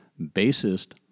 bassist